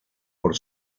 por